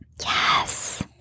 Yes